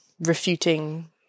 refuting